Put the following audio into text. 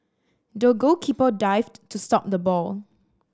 the goalkeeper dived to stop the ball